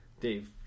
Dave